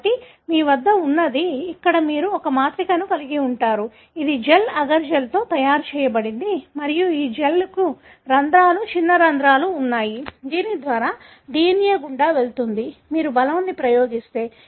కాబట్టి మీ వద్ద ఉన్నది ఇక్కడ మీరు ఒక మాత్రికను కలిగి ఉంటారు ఇది జెల్ అగర్ జెల్తో తయారు చేయబడింది మరియు ఈ జెల్కు రంధ్రాలు చిన్న రంధ్రాలు ఉన్నాయి దీని ద్వారా DNA గుండా వెళుతుంది మీరు బలాన్ని ప్రయోగిస్తే